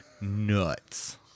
nuts